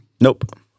Nope